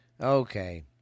Okay